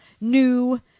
new